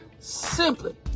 simply